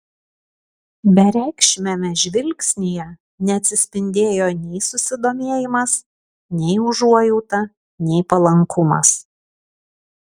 bereikšmiame žvilgsnyje neatsispindėjo nei susidomėjimas nei užuojauta nei palankumas